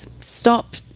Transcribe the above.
stop